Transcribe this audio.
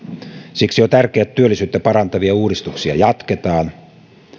siksi on tärkeää että työllisyyttä parantavia uudistuksia jatketaan